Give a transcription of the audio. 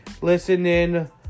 listening